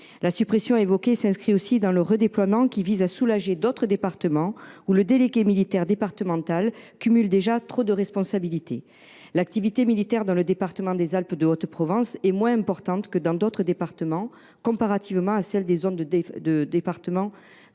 La suppression évoquée s’inscrit aussi dans des redéploiements qui visent à soulager d’autres départements, dans lesquels le délégué militaire départemental cumule déjà trop de responsabilités. L’activité militaire dans le département des Alpes de Haute Provence est moins importante que dans d’autres départements de la zone de défense et